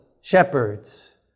shepherds